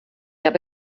habe